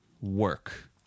work